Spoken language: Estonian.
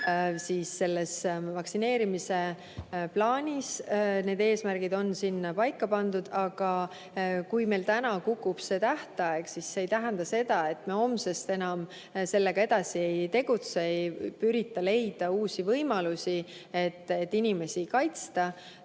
on vaktsineerimise plaanis need eesmärgid paika pannud, aga kui meil täna kukub see tähtaeg, siis see ei tähenda seda, et me homsest enam sellega edasi ei tegutse, ei ürita leida uusi võimalusi, et inimesi kaitsta.